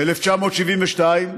1972,